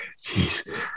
Jeez